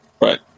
Right